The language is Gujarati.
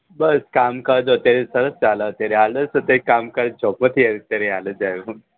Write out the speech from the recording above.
બસ કામકાજ અત્યારે સરસ ચાલે છે અત્યારે હાલ જ અત્યારે કામકાજ જૉબ પરથી આવ્યો અત્યારે હાલ જ આવ્યો હું